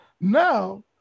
Now